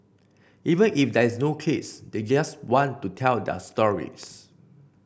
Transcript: even if there is no case they just want to tell their stories